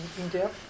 India